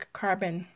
carbon